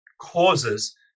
causes